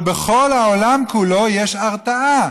אבל בכל העולם כולו יש הרתעה.